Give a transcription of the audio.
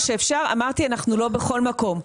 אמרתי שאנחנו לא בכל מקום.